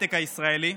ההייטק הישראלי.